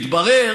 התברר